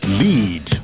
lead